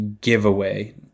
giveaway